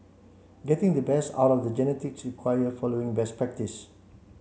getting the best out of the genetics require following best practice